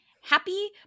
happy